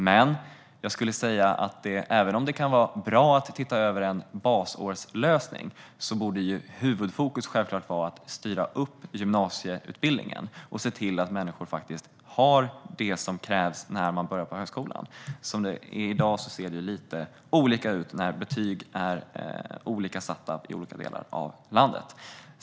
Men även om det kan vara bra att titta över en basårslösning borde huvudfokus självklart vara att styra upp gymnasieutbildningen och se till att människor faktiskt har det som krävs när de börjar på högskolan. Som det är i dag ser det lite olika ut när betyg sätts i olika delar av landet.